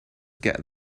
get